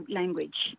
language